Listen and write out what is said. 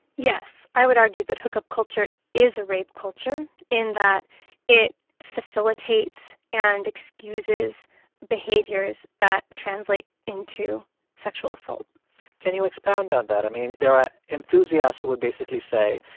yes, i would argue that hookup culture is a rape culture in that it facilitates and excuses behaviors that translate into sexual assault can you expand on that? i mean, there are enthusiasts who would basically say,